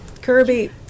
Kirby